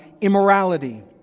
immorality